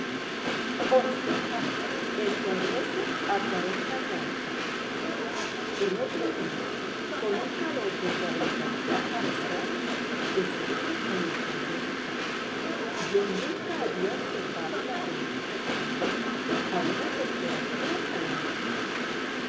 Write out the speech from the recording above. xi el congreso a cuarenta grados el otro día con un calor de cuarenta y tantos grados estuve en el congreso yo nunca había observado la política española a una temperatura tan alta